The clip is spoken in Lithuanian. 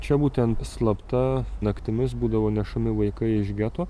čia būtent slapta naktimis būdavo nešami vaikai iš geto